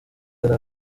yari